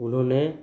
उन्होंने